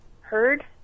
heard